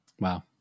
Wow